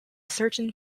certain